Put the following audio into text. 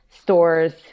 stores